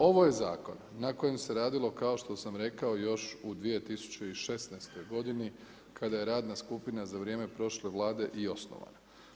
Ovo je zakon, na kojem se radilo, kao što sam rekao još u 2016. g. kada je radna skupina za vrijeme prošle Vlade i osnovana.